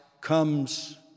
comes